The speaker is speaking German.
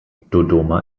dodoma